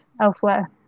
elsewhere